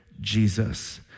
Jesus